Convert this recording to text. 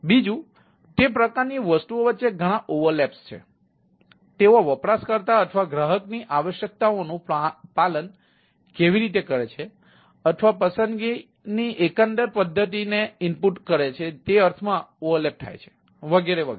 બીજું તે પ્રકારની વસ્તુઓ વચ્ચે ઘણા ઓવરલેપ્સ છે તેઓ વપરાશકર્તા અથવા ગ્રાહકની આવશ્યકતાઓનું પાલન કેવી રીતે કરે છે અથવા પસંદગીની એકંદર પદ્ધતિને ઇનપુટ કરે છે તે અર્થમાં ઓવરલેપ થાય છે વગેરે વગેરે